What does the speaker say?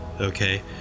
okay